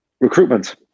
recruitment